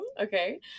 Okay